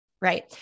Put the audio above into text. Right